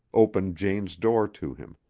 opened jane's door to him.